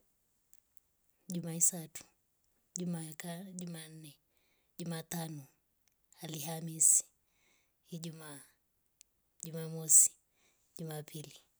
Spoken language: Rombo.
Jumaisatu. jumaa ya kaa jumanne. jumatano. alhamisi. ijuma jumamosi. jumapili.